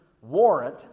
warrant